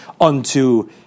unto